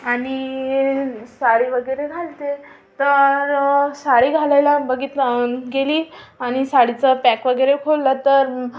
आणि साडी वगैरे घालते तर साडी घालायला बघितलं अन गेली आणि साडीचं पॅक वगैरे खोललं तर